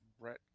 Brett